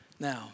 Now